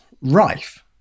rife